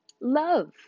love